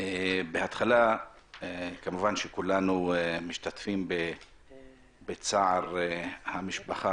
כולנו משתתפים בצער המשפחה,